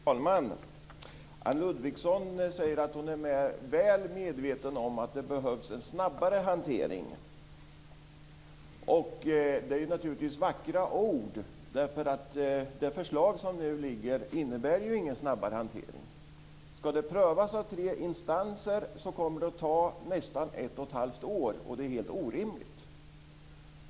Fru talman! Anne Ludvigsson säger att hon är väl medveten om att det behövs en snabbare hantering. Det är naturligtvis vackra ord, men det förslag som nu föreligger innebär ju ingen snabbare hantering. Om det hela ska prövas av tre instanser kommer det att ta nästan 1 1⁄2 år, och det är helt orimligt.